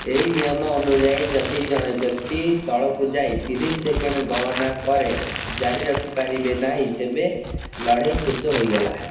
ଏହି ନିୟମ ଅନୁଯାୟୀ ଯଦି ଜଣେ ବ୍ୟକ୍ତି ତଳକୁ ଯାଇ ତିରିଶ ସେକେଣ୍ଡ୍ ଗଣନା ପରେ ଜାରିରଖିପାରିବେ ନାହିଁ ତେବେ ଲଢ଼େଇ ଶେଷ ହୋଇଗଲା